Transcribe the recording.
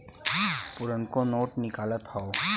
पुरनको नोट निकालत हौ